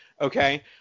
Okay